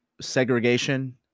segregation